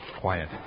Quiet